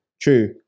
True